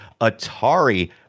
Atari